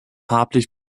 farblich